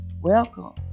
Welcome